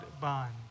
bond